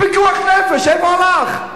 פיקוח נפש, איפה הלך?